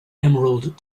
emerald